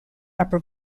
upper